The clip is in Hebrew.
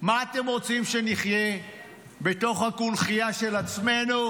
מה אתם רוצים, שנחיה בתוך הקונכייה של עצמנו,